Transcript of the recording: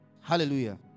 Hallelujah